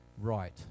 right